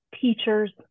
teachers